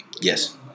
Yes